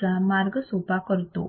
चा मार्ग सोपा करतो